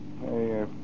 Hey